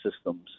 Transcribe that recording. systems